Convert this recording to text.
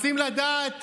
רוצים לדעת